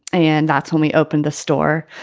and that's when we opened the store.